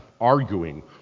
arguing